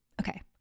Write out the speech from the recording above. Okay